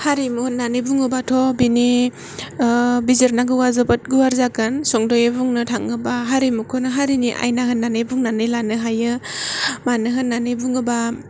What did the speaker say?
हारिमु होननानै बुङोब्लाथ' बेनि बिजिरनांगौआ जोबोद गुवार जागोन सुंद'यै बुंनो थाङोब्ला हारिमुखौनों हारिनि आयना होननानै बुंनानै लानो हायो मानो होननानै बुङोब्ला